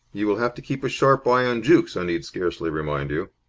you will have to keep a sharp eye on jukes, i need scarcely remind you.